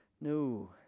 No